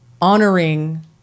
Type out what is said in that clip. honoring